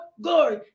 glory